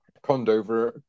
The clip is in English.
Condover